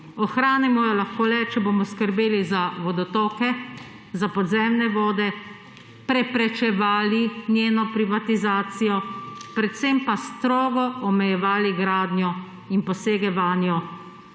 Ohranimo jo lahko le, če bomo skrbeli za vodotoke, za podzemne vode, preprečevali njeno privatizacijo, predvsem pa strogo omejevali gradnjo in posege vanjo,